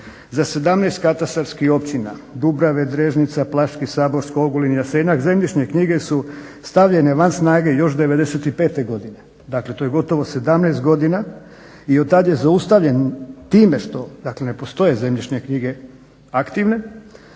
za 17 katova srpskih općina, Dubrave, Drežnica, Plaški, Saborsko, Ogulin, Jasenak zemljišne knjige su stavljene van znate još 95. Godine i od tad je zaustavljen time što ne postoje zemljišne knjige aktivne.